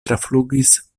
traflugis